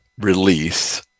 release